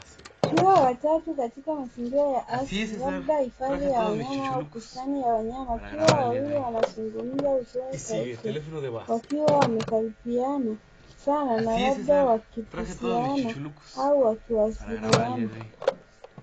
Twiga watatu katika mazingira ya asili labda hifadhi ya wanyama au bustani ya wanyama. Twiga wawili wanazungumza uso kwa uso wakiwa wamekaribiana sana na labda wakibusiana au wakiwasiliana.